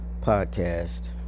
podcast